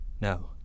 No